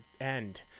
end